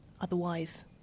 otherwise